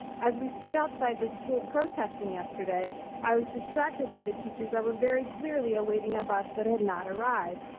as we stood outside the school protesting yesterday i was distracted by the teachers that were very clearly awaiting a bus that had not arrived.